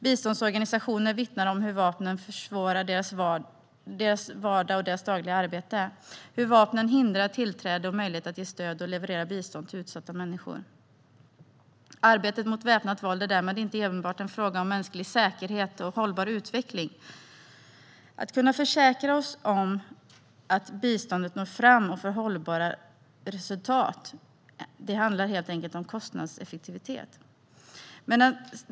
Biståndsorganisationer vittnar om hur vapnen försvårar deras vardag och dagliga arbete, hur vapnen hindrar tillträde och möjlighet att ge stöd och leverera bistånd till utsatta människor. Arbetet mot väpnat våld är därmed inte enbart en fråga om mänsklig säkerhet och hållbar utveckling. Att kunna försäkra oss om att biståndet når fram och får hållbara resultat handlar helt enkelt om kostnadseffektivitet.